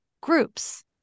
groups